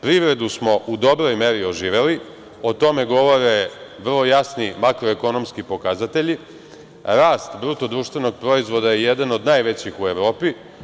Privredu smo u dobroj meri oživeli, o tome govore vrlo jasni makroekonomski pokazatelji, rast BDP je jedan od najvećih u Evropi.